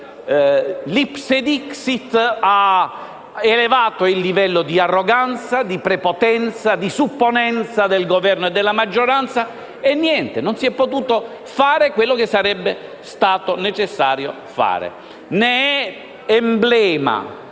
l'*ipse dixit* ha elevato il livello di arroganza, di prepotenza, di supponenza del Governo e della maggioranza e non si è potuto fare quello che sarebbe stato necessario fare. [**Presidenza